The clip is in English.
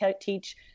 teach